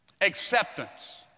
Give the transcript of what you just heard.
Acceptance